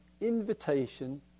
invitation